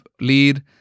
lead